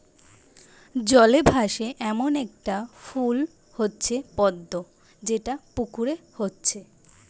জলে ভাসে এ্যামন একটা ফুল হচ্ছে পদ্ম যেটা পুকুরে হচ্ছে